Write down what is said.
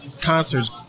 concerts